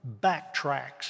backtracks